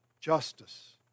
justice